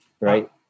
Right